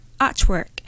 artwork